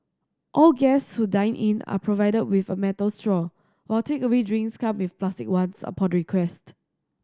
all guests who dine in are provided with a metal straw while takeaway drinks come with plastic ones upon request